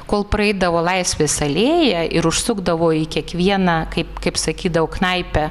kol praeidavo laisvės alėją ir užsukdavo į kiekvieną kaip kaip sakydavo knaipę